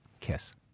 Kiss